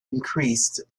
increased